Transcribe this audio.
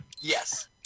Yes